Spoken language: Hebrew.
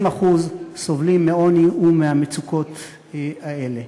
20% סובלים מעוני ומהמצוקות האלה.